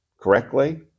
correctly